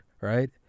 right